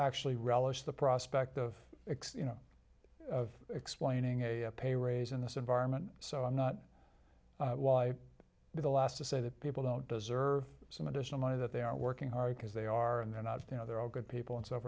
actually relish the prospect of you know explaining a pay raise in this environment so i'm not why the last to say that people don't deserve some additional money that they are working hard because they are and they're not you know they're all good people and s